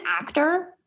actor